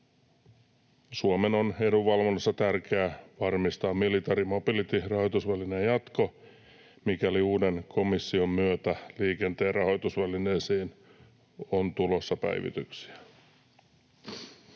Suomen on edunvalvonnassa tärkeää varmistaa military mobility ‑rahoitusvälineen jatko, mikäli uuden komission myötä liikenteen rahoitusvälineisiin on tulossa päivityksiä.